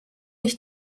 ich